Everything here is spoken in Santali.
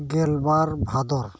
ᱜᱮᱞ ᱵᱟᱨ ᱵᱷᱟᱫᱚᱨ